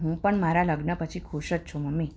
હું પણ મારા લગ્ન પછી ખુશ જ છું મમ્મી